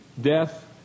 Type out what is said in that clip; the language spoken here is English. death